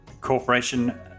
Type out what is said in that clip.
Corporation